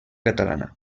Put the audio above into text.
catalana